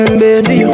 baby